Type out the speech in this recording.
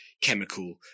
chemical